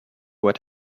what